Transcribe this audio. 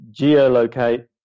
geolocate